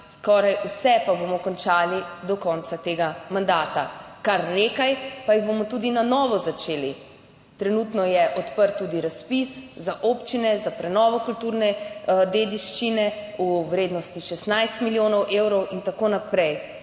skoraj vse pa bomo končali do konca tega mandata. Kar nekaj pa jih bomo tudi na novo začeli. Trenutno je odprt tudi razpis za občine za prenovo kulturne dediščine v vrednosti 16 milijonov evrov in tako naprej.